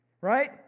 right